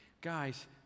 Guys